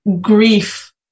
grief